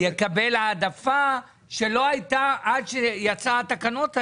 העדפה שלא הייתה עד שיצאו התקנות האלה.